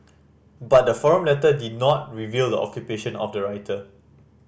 but the forum letter did not reveal the occupation of the writer